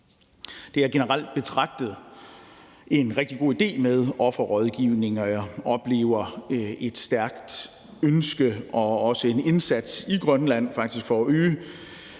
Det er generelt betragtet en rigtig god idé med offerrådgivning, og jeg oplever et stærkt ønske og også en indsats i Grønland for faktisk